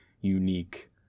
unique